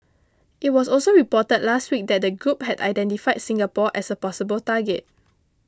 it was also reported last week that the group had identified Singapore as a possible target